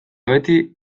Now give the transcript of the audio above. beti